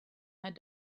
had